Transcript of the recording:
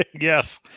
Yes